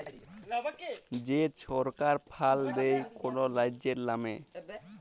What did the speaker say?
যে ছরকার ফাল্ড দেয় কল রাজ্যের লামে